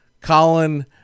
Colin